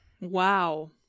Wow